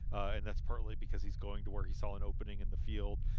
and that's partly because he's going to where he saw an opening in the field.